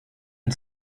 and